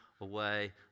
away